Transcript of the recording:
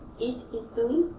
it is doing.